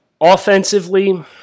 Offensively